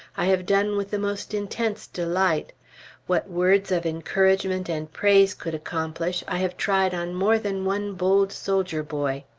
i have done with the most intense delight what words of encouragement and praise could accomplish, i have tried on more than one bold soldier boy,